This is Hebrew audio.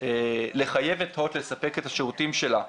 לחייב את הוט לספק את השירותים שלה.